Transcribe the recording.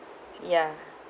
ya